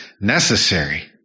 necessary